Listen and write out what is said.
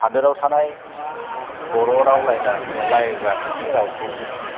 हादोराव थानाय बर' राव रायज्लायग्राफोरनि रावखौ जोङो